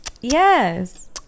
yes